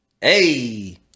Hey